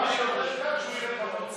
כמה שיותר כאן כדי שהוא יצא החוצה.